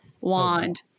wand